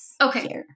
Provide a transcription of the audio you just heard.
Okay